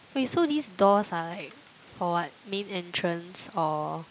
wait so these doors are like for what main entrance or